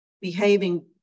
behaving